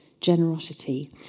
generosity